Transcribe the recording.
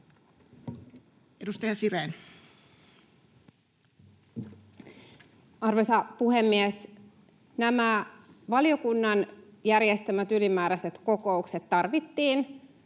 19:00 Content: Arvoisa puhemies! Nämä valiokunnan järjestämät ylimääräiset kokoukset tarvittiin,